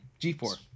G4